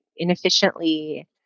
inefficiently